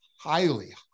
highly